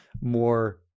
more